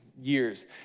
years